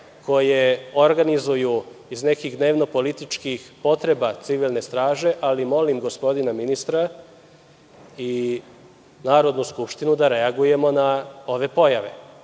koje organizuju iz nekih dnevno-političkih potreba civilne straže ali molim gospodina ministra i Narodnu skupštinu da reagujemo na ove pojave